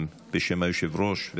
אושרה בקריאה ראשונה,